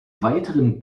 weiteren